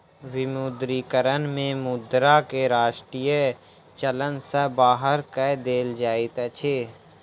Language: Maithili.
विमुद्रीकरण में मुद्रा के राष्ट्रीय चलन सॅ बाहर कय देल जाइत अछि